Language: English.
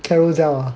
Carousell ah